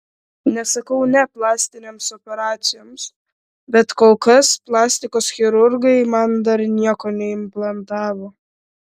nesakau ne plastinėms operacijoms bet kol kas plastikos chirurgai man dar nieko neimplantavo